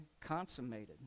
consummated